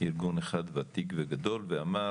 ארגון אחד ותיק וגדול ואמר